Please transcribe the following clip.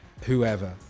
whoever